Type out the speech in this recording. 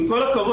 עם כל הכבוד,